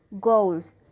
goals